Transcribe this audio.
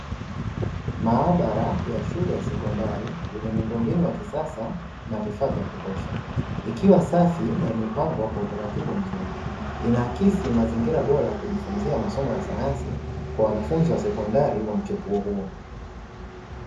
Maabara ya shule ya sekondari yenye miundombinu ya kisasa na vifaa vya kutosha, ikiwa safi na imepangwa kwa utaratibu mzuri, inaakisi mazingira bora ya kujifunzia masomo ya sayansi kwa wanafunzi wa sekondari wa mchepuo huo.